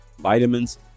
vitamins